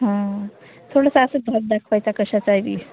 हा थोडंस असं धाक दाखवायचा कशाचाय बी